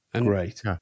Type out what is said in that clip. great